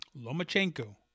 Lomachenko